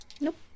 Nope